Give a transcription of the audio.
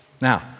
Now